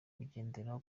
ugendera